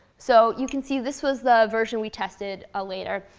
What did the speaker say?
so you can see, this was the version we tested ah later.